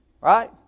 Right